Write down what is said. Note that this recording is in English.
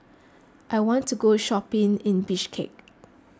I want to go shopping in Bishkek